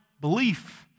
belief